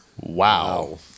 wow